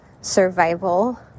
survival